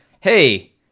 Hey